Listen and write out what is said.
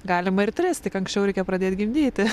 galima ir tris tik anksčiau reikia pradėt gimdyti